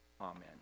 Amen